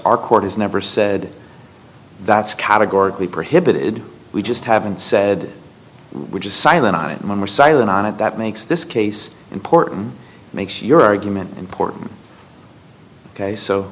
our court has never said that's categorically prohibited we just haven't said which is silent on it and when we're silent on it that makes this case important makes your argument important ok so